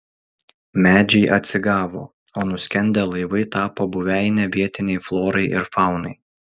medžiai atsigavo o nuskendę laivai tapo buveine vietinei florai ir faunai